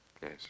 Yes